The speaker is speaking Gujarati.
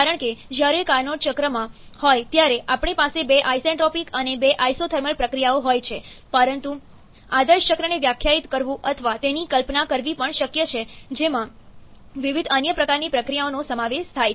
કારણ કે જ્યારે કાર્નોટ ચક્રમાં હોય ત્યારે આપણી પાસે બે આઇસેન્ટ્રોપિક અને બે આઇસોથર્મલ પ્રક્રિયાઓ હોઈ શકે છે પરંતુ આદર્શ ચક્રને વ્યાખ્યાયિત કરવું અથવા તેની કલ્પના કરવી પણ શક્ય છે જેમાં વિવિધ અન્ય પ્રકારની પ્રક્રિયાઓનો સમાવેશ થાય છે